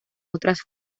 otras